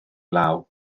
law